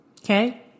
okay